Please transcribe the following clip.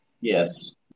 yes